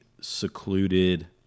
secluded